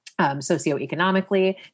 socioeconomically